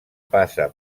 passa